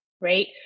right